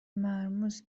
مرموز